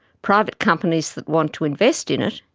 private companies that want to invest in it,